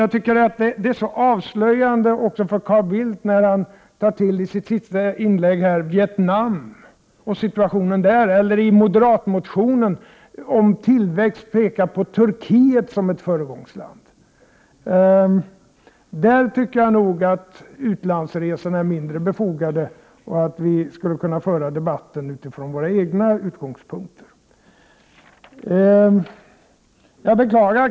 Jag tycker att det är så avslöjande för Carl Bildt när han i sitt sista inlägg tar upp Vietnam och situationen där, eller när moderaterna i en motion om tillväxt pekar på Turkiet som ett föregångsland. Jag tycker nog att utlandsresorna i detta sammanhang är mindre befogade. I stället borde vi kunna föra debatten utifrån våra egna utgångspunkter.